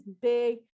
big